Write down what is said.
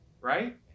right